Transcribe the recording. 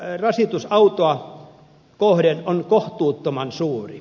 lisärasitus autoa kohden on kohtuuttoman suuri